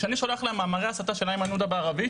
כשאני שולח להם מאמרי הסתה של איימן עודה בערבית